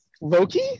Loki